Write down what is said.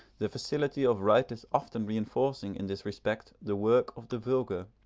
the facility of writers often reinforcing in this respect the work of the vulgar.